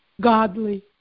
godly